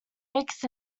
mixed